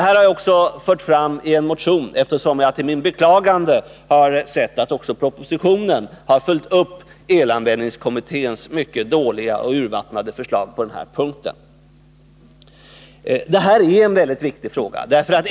Detta har jag också fört fram i en motion, eftersom jag med beklagande konstaterat att också propositionen har följt upp elanvändningskommitténs mycket dåliga och urvattnade förslag på den här punkten. Det här är en väldigt viktig fråga.